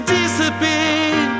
disappear